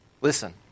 Listen